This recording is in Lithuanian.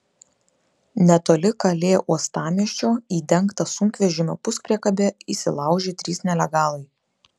netoli kalė uostamiesčio į dengtą sunkvežimio puspriekabę įsilaužė trys nelegalai